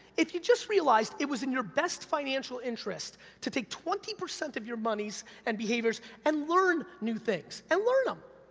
if you just realized it was in your best financial interest to take twenty percent of your moneys and behaviors and learn new things. and learn em!